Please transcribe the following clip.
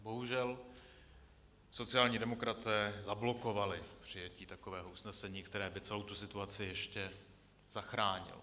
Bohužel sociální demokraté zablokovali přijetí takového usnesení, které by celou situaci ještě zachránilo.